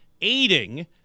aiding